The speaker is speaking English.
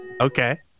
Okay